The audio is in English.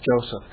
Joseph